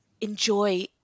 enjoy